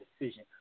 decision